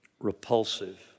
repulsive